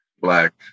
Black